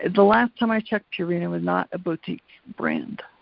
the last time i checked, purina was not a boutique brand,